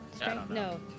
No